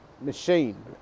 machine